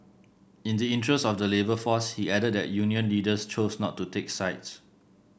in the interest of the labour force he added that union leaders chose not to take sides